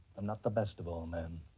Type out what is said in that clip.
um not the best of all men.